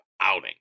outing